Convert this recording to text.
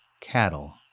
cattle